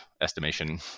estimation